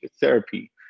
therapy